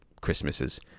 Christmases